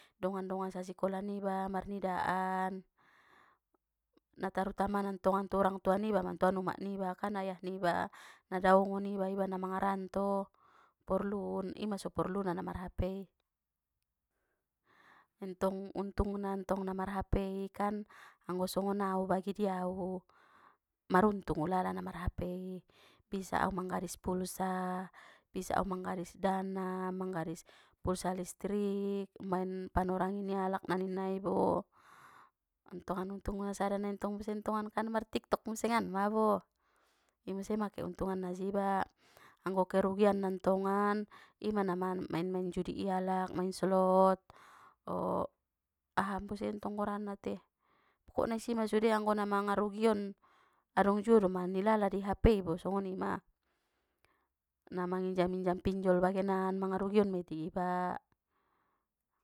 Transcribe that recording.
Dongan-dongan sa sikola niba marnidaan, na tarutamana ntongan tu orang tua niba mantongan umak niba kan ayah niba na dao ngon iba iba na mangaranto porlu ima so porluna namar hapei, tentong untungna ntong namar hapei kan anggo songon au bage di au maruntung ulala na marhapei bisa au manggadis pulsa bisa au manggadis dana manggadis pulsa listrik baen panorangi ni alak na ninnai bo, ntongan untungna sada nai ntong busentongan kan martiktok musengan ma bo, imuse ma keuntunganna jiba anggo kerugianna ntongan ima naman-namaen-maen judi i alak main selot o aha museng tong gorarna te pokokna isima sude anggo na mangarugion adong juo do man ilala dihapei bo songonima na manginjam-injam pinjol bagenan marugion mei tu iba.